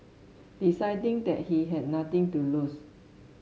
deciding that he had nothing to lose